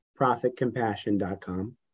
profitcompassion.com